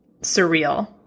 surreal